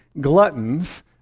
gluttons